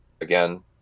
again